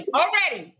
already